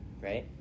right